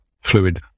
fluid